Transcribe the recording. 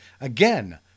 again